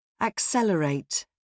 Accelerate